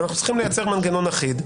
ואנחנו צריכים לייצר מנגנון אחיד.